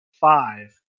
five